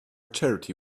charity